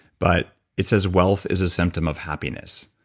but it says, wealth is a symptom of happiness.